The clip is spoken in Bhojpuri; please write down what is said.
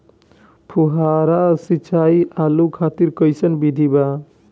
फुहारा सिंचाई आलू खातिर कइसन विधि बा?